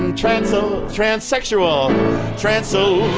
and trans so transsexual transylvania